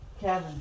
Kevin